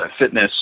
fitness